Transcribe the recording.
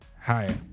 Hi